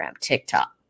TikTok